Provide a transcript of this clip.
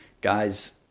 guys